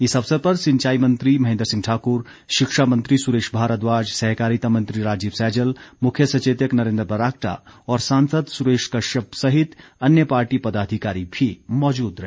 इस अवसर पर सिंचाई मंत्री महेन्द्र सिंह ठाकुर शिक्षा मंत्री सुरेश भारद्वाज सहकारिता मंत्री राजीव सैजल मुख्य सचेतक नरेन्द्र बरागटा और सांसद सुरेश कश्यप सहित अन्य पार्टी पदाधिकारी भी मौजूद रहे